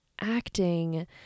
acting